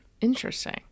interesting